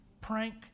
prank